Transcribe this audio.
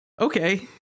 Okay